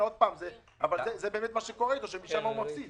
זה באמת מה שקורה לו, שמשם הוא מפסיד.